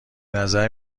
نظر